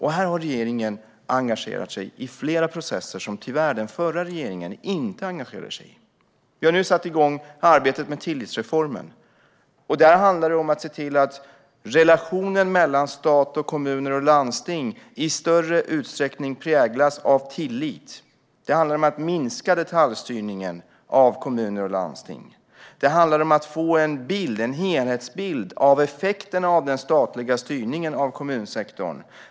Här har regeringen engagerat sig i flera processer som den förra regeringen tyvärr inte engagerade sig i. Vi har satt igång arbetet med tillitsreformen. Här handlar det om att se till att relationen mellan stat och kommuner och landsting i större utsträckning präglas av tillit. Det handlar om att minska detaljstyrningen av kommuner och landsting. Det handlar om att få en helhetsbild av effekterna av den statliga styrningen av kommunsektorn.